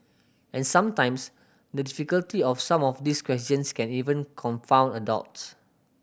and sometimes the difficulty of some of these questions can even confound adults